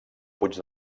puig